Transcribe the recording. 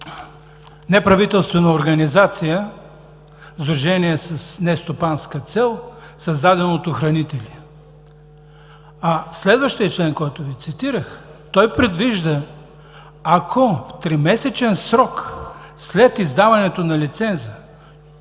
неправителствена организация – сдружение с нестопанска цел, създадено от охранители. Следващият член, който Ви цитирах, предвижда, ако в тримесечен срок след издаването на лиценза